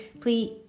please